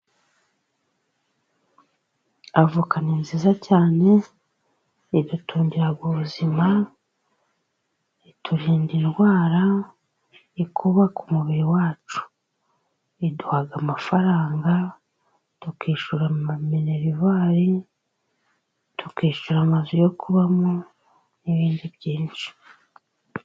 Avoka ni nziza cyane. idutungira ubuzima, iturinda indwara, ikuba umubiri wacu. Iduha amafaranga tukishyura minerivari, tukishyura amazu yo kubamo n'ibindi byinshi.